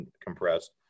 compressed